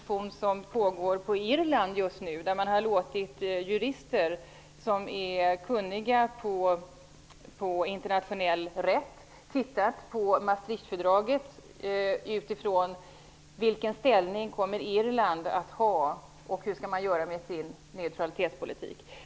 Irland just nu. Man har där låtit jurister som är kunniga på internationell rätt se på Maastrichtfördraget utifrån den ställning som Irland kommer att inta och hur man skall göra med sin neutralitetspolitik.